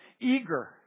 Eager